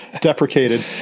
deprecated